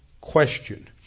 question